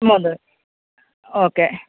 മൂന്ന് ഓക്കെ